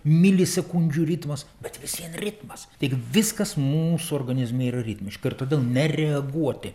milisekundžių ritmas bet vis vien ritmas tai viskas mūsų organizmui yra ritmiška ir todėl nereaguoti